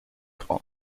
trône